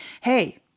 hey